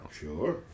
Sure